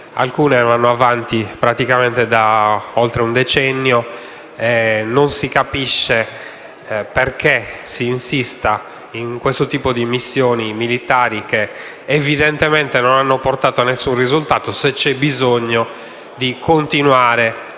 alcune vanno avanti praticamente da oltre un decennio. Non si capisce perché si insista in questo tipo di missioni militari che, evidentemente, non hanno portato ad alcun risultato, se c'è bisogno di continuare